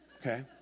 Okay